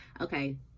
okay